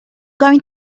going